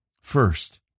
First